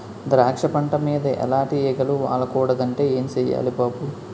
ద్రాక్ష పంట మీద ఎలాటి ఈగలు వాలకూడదంటే ఏం సెయ్యాలి బాబూ?